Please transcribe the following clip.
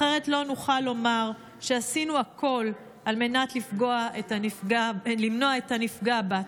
אחרת לא נוכל לומר שעשינו הכול על מנת למנוע את הנפגע הבא.